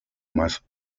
más